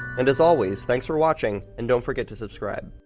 and as always, thanks for watching, and don't forget to subscribe.